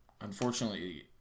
Unfortunately